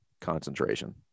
concentration